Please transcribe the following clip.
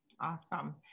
Awesome